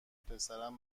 پسرم